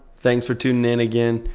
thanks for tuning in again.